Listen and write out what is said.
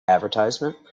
advertisement